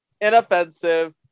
inoffensive